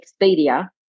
Expedia